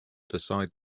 decide